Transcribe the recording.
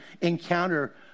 encounter